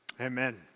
Amen